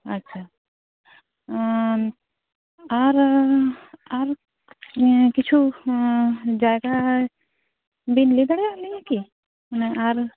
ᱟᱪᱪᱷᱟ ᱟᱨ ᱟᱨ ᱠᱤᱪᱷᱩ ᱡᱟᱭᱜᱟ ᱵᱤᱱ ᱞᱟᱹᱭ ᱫᱟᱲᱮᱭᱟᱞᱤᱧᱟ ᱠᱤ ᱢᱟᱱᱮ ᱟᱨ